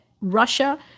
Russia